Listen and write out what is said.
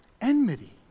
Enmity